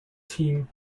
team